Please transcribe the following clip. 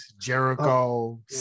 Jericho